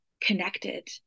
connected